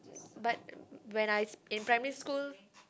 but when I in primary school